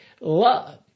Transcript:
Love